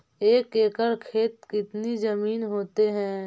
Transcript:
एक एकड़ खेत कितनी जमीन होते हैं?